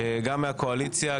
גם מהקואליציה,